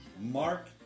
Mark